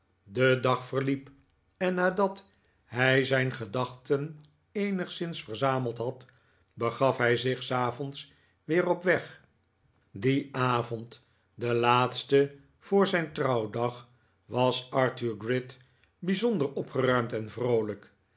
de dag verliep en nadat hij zijn gedachten eenigszins verzameld had begaf hij zich s avonds weer op weg dien avond den laatsten voor zijn trouwdag was arthur gride bijzonder opgeruimd en vroolijk